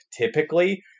typically